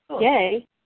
yay